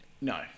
no